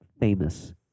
famous